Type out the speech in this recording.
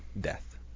Death